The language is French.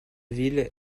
ville